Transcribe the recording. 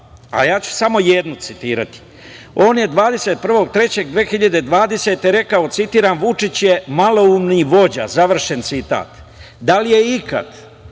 a ja ću samo jednu citirati. On je 21. marta 2020. godine rekao, citiram – Vučić je maloumni vođa, završen citat. Da li je ikada